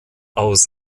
aus